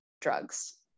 drugs